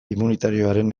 immunitarioaren